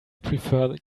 prefer